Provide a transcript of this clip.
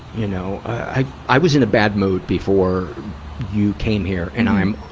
you know. i i was in a bad mood before you came here. and i'm,